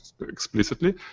explicitly